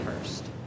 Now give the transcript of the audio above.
first